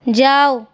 যাও